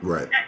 Right